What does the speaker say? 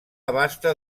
abasta